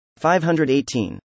518